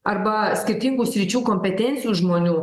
arba skirtingų sričių kompetencijų žmonių